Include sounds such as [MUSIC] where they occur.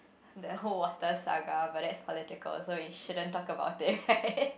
the whole water saga but that's political so we shouldn't talk about it right [LAUGHS]